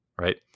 right